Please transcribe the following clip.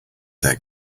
their